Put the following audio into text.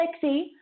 sexy